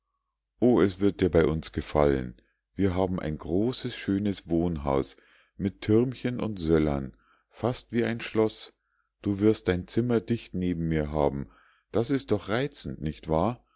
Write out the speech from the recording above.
o es wird dir bei uns gefallen wir haben ein großes schönes wohnhaus mit türmchen und söllern fast wie ein schloß du wirst dein zimmer dicht neben mir haben das ist doch reizend nicht wahr